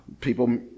people